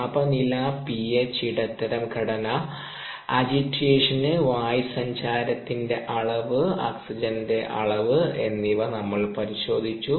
താപനില പിഎച്ച് ഇടത്തരം ഘടന അജിറ്റേഷൻ വായുസഞ്ചാരത്തിന്റെ അളവ് ഓക്സിജന്റെ അളവ് എന്നിവ നമ്മൾ പരിശോധിച്ചു